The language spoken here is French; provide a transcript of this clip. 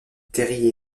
terry